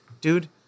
dude